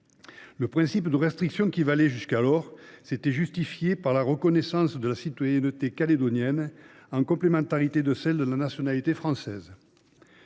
Le principe de restriction qui valait jusqu’alors était justifié par la reconnaissance de la citoyenneté calédonienne en complémentarité de celle de la nationalité française.